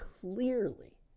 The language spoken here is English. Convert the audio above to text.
clearly